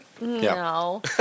No